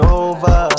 over